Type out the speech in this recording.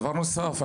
בנוסף,